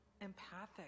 empathic